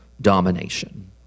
domination